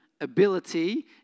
ability